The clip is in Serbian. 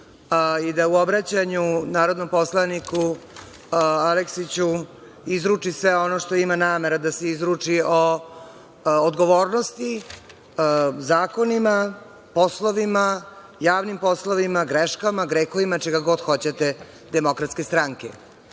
i da u obraćanju narodnom poslaniku Aleksiću izruči sve ono što ima namere da se izruči o odgovornosti, zakonima, poslovima, javnim poslovima, greškama, grehovima, čega god hoćete Demokratske stranke.